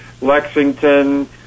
Lexington